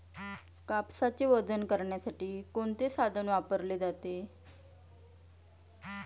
कापसाचे वजन करण्यासाठी कोणते साधन वापरले जाते?